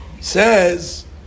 says